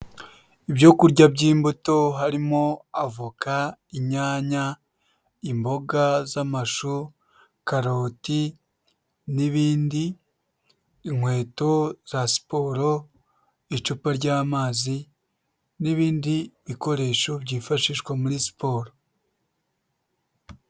Ibyo kurya by'imbuto, harimo avoka, inyanya, imboga z'amashu, karoti n'ibindi, inkweto za siporo, icupa ry'amazi n'ibindi bikoresho byifashishwa muri siporo.